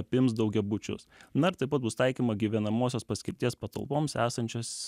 apims daugiabučius na ir taip pat bus taikyma gyvenamosios paskirties patalpoms esančios